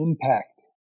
impact